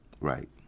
right